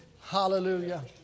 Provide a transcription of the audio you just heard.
Hallelujah